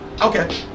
Okay